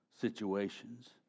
situations